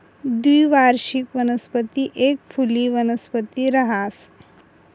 द्विवार्षिक वनस्पती एक फुली वनस्पती रहास